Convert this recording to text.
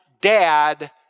Dad